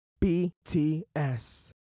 BTS